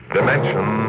Dimension